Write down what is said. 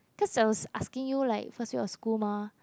because I was asking you like first year of school mah